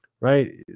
right